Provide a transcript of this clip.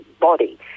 body